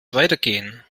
weitergehen